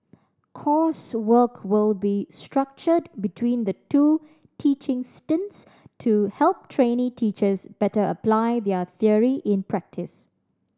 coursework will be structured between the two teaching stints to help trainee teachers better apply their theory in practice